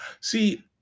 See